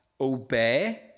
obey